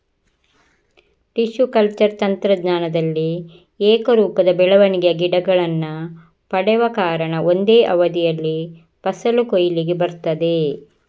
tissue culture ತಂತ್ರಜ್ಞಾನದಲ್ಲಿ ಏಕರೂಪದ ಬೆಳವಣಿಗೆಯ ಗಿಡಗಳನ್ನ ಪಡೆವ ಕಾರಣ ಒಂದೇ ಅವಧಿಯಲ್ಲಿ ಫಸಲು ಕೊಯ್ಲಿಗೆ ಬರ್ತದೆ